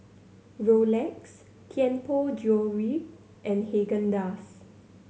Rolex Tianpo Jewellery and Haagen Dazs